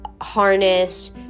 harness